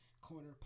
Corner